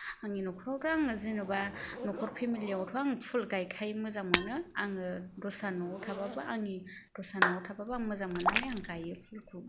आंनि नखरावथ' आङो जेन'बा न'खर फेमिलियावथ' आं फुल गायखायो मोजां मोनो आङो दस्रा न'आव थाबाबो आंनि दस्रा न'आव थाबाबो आं मोजां मोननानै आं गायो फुलखौ